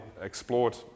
explored